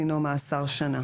דינו - מאסר שנה.